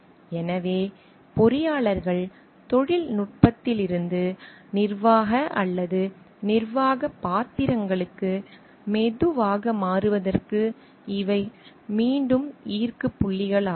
எனவே பொறியாளர்கள் தொழில்நுட்பத்திலிருந்து நிர்வாக அல்லது நிர்வாகப் பாத்திரங்களுக்கு மெதுவாக மாறுவதற்கு இவை மீண்டும் ஈர்க்கும் புள்ளிகளாகும்